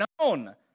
known